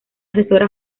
asesora